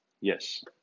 Yes